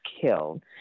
killed